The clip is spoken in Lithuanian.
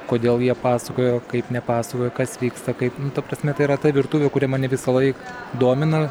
kodėl jie pasakojo kaip nepasakojo kas vyksta kaip nu ta prasme tai yra ta virtuvė kuri mane visąlaik domina